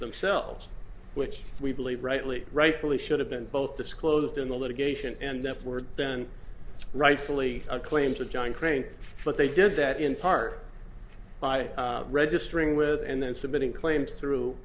themselves which we believe rightly rightfully should have been both disclosed in the litigation and if were then rightfully a claims of john crane but they did that in part by registering with and then submitting claims through